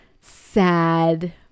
sad